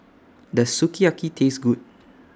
Does Sukiyaki Taste Good